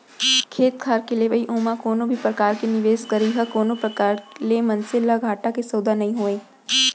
खेत खार के लेवई ओमा कोनो भी परकार के निवेस करई ह कोनो प्रकार ले मनसे ल घाटा के सौदा नइ होय